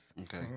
Okay